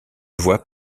vois